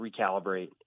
recalibrate